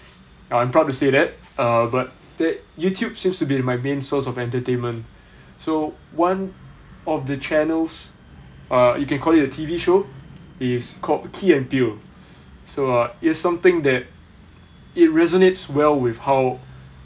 I'm proud to say that uh but that youtube seems to be my main source of entertainment so one of the channels uh you can call it a T_V show is called key and peele so uh it's something that it resonates well with how